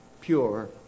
pure